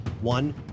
One